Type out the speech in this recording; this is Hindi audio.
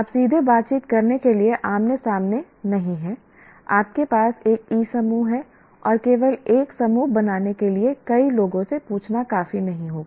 आप सीधे बातचीत करने के लिए आमने सामने नहीं हैं आपके पास एक ई समूह है और केवल एक समूह बनाने के लिए कई लोगों से पूछना काफी नहीं होगा